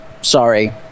sorry